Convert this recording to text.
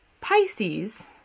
Pisces